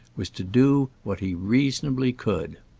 was to do what he reasonably could.